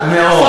אתה אומר,